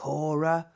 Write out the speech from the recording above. Cora